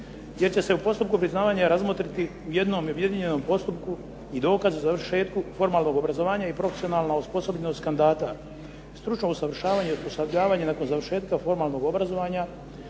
jer će se u postupku priznavanja razmotriti u jednom objedinjenom postupku i dokaz o završetku formalnog obrazovanja i profesionalna osposobljenost kandidata. Stručno usavršavanje i osposobljavanje nakon završetka formalnog obrazovanja